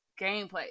gameplay